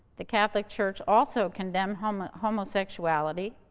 the catholic church also condemned um homosexuality.